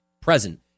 Present